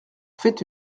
fait